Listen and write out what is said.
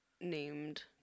named